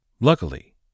Luckily